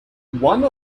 one